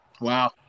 Wow